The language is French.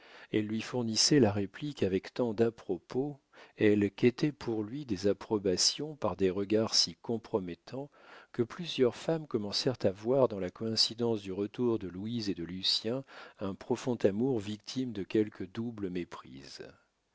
elle lui fournissait la réplique avec tant d'à-propos elle quêtait pour lui des approbations par des regards si compromettants que plusieurs femmes commencèrent à voir dans la coïncidence du retour de louise et de lucien un profond amour victime de quelque double méprise